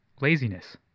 laziness